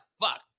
Fuck